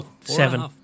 seven